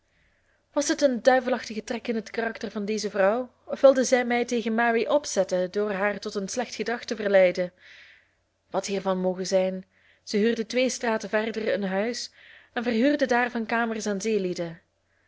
was het een duivelachtige trek in het karakter van deze vrouw of wilde zij mij tegen mary opzetten door haar tot een slecht gedrag te verleiden wat hiervan moge zijn zij huurde twee straten verder een huis en verhuurde daarvan kamers aan